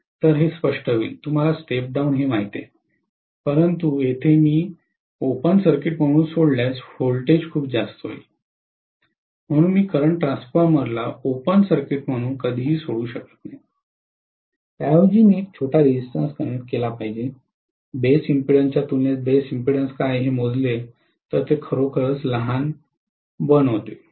तर हे स्पष्ट होईल तुम्हाला स्टेप डाउन हे माहित आहे परंतु येथे मी हे ओपन सर्किट म्हणून सोडल्यास व्होल्टेज खूपच जास्त होईल म्हणून मी करंट ट्रान्सफॉर्मरला ओपन सर्किट म्हणून कधीही सोडू शकत नाही त्याऐवजी मी एक छोटा रेजिस्टेंस कनेक्ट केला पाहिजे बेस इम्पेडन्स च्या तुलनेत बेस इम्पेन्डन्स काय आहे हे मोजले तर ते खरोखरच लहान बनवते